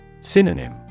Synonym